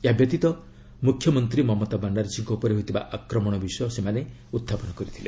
ଏହାବ୍ୟତୀତ ମୁଖ୍ୟମନ୍ତ୍ରୀ ମମତା ବାନାର୍ଜୀଙ୍କ ଉପରେ ହୋଇଥିବା ଆକ୍ରମଣ ବିଷୟ ସେମାନେ ଉତ୍ଥାପନ କରିଥିଲେ